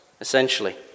essentially